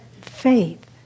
faith